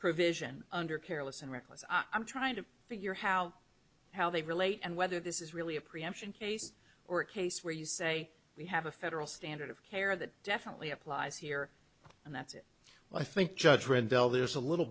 provision under careless and reckless are i'm trying to figure how how they relate and whether this is really a preemption case or a case where you say we have a federal standard of care that definitely applies here and that's it well i think judge rendell there's a little